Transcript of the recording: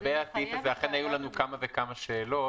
בסעיף הזה אכן היו לנו כמה וכמה שאלות.